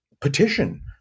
petition